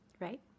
right